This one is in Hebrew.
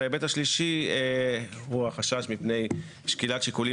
וההיבט השלישי הוא החשש מפני שקילת שיקולים